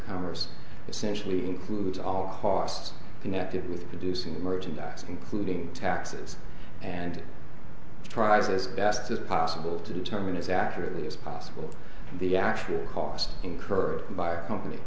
commerce essentially includes all costs connected with producing merchandise including taxes and tries as best as possible to determine as accurately as possible the actual cost incurred by a company